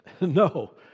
No